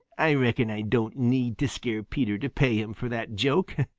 i reckon i don't need to scare peter to pay him for that joke.